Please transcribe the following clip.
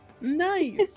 Nice